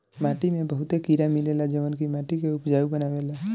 माटी में बहुते कीड़ा मिलेला जवन की माटी के उपजाऊ बनावेला